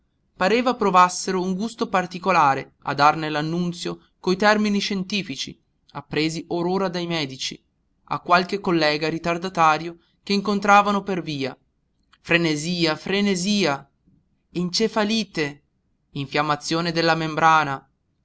pareva provassero un gusto particolare a darne l'annunzio coi termini scientifici appresi or ora dai medici a qualche collega ritardatario che incontravano per via frenesia frenesia encefalite infiammazione della membrana